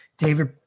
David